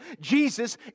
Jesus